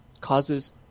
causes